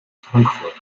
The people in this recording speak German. frankfurt